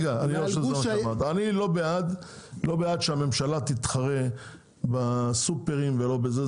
אני לא בעד שהממשלה תתחרה בסופרים ולא בזה,